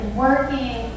working